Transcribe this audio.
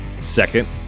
Second